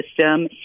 System